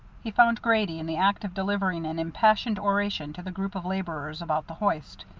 he found grady in the act of delivering an impassioned oration to the group of laborers about the hoist.